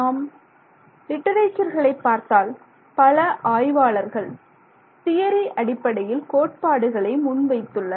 நாம் லிட்டரேச்சர்களைப் பார்த்தால் பல ஆய்வாளர்கள் தியரி அடிப்படையில் கோட்பாடுகளை முன்வைத்துள்ளனர்